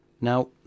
Now